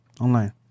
Online